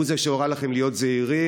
הוא זה שהורה לכם להיות זהירים,